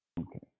Okay